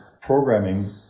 programming